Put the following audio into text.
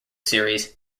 series